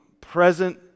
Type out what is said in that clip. present